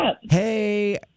Hey